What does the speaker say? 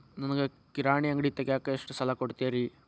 ನನಗ ಕಿರಾಣಿ ಅಂಗಡಿ ತಗಿಯಾಕ್ ಎಷ್ಟ ಸಾಲ ಕೊಡ್ತೇರಿ?